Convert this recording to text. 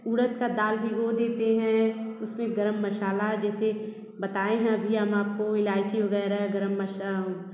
उड़द की दाल भिगो देते हैं उसमें गर्म मसाला जैसे बताए हैं अभी हम आपको इलाईची वग़ैरह गर्म मशा